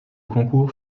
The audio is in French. concours